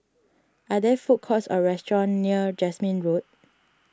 are there food courts or restaurants near Jasmine Road